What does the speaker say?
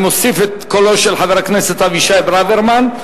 מוסיף את קולו של חבר הכנסת אבישי ברוורמן,